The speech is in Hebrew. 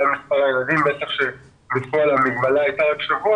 למספר הילדים כאשר המגבלה הייתה רק שבוע